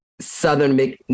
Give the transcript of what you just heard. southern